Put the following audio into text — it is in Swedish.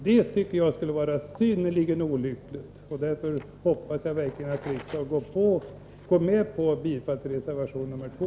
Det tycker jag skulle vara synnerligen olyckligt. Därför hoppas jag verkligen att riksdagen går med på bifall till reservation 2.